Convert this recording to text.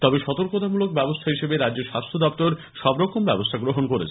তবে সতর্কতামূলক ব্যবস্থায় রাজ্যের স্বাস্থ্যদপ্তর সবরকম ব্যবস্থা গ্রহণ করেছে